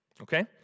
Okay